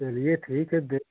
चलिए ठीक है दे